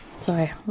Sorry